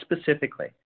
specifically